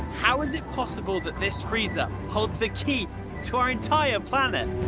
how is it possible that this freezer holds the key to our entire planet?